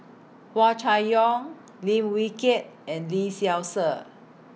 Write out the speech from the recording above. Hua Chai Yong Lim Wee Kiak and Lee Seow Ser